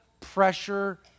pressure